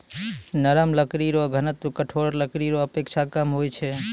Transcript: नरम लकड़ी रो घनत्व कठोर लकड़ी रो अपेक्षा कम होय छै